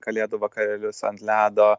kalėdų vakarėlius ant ledo